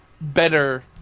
better